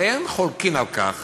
הרי אין חולקין על כך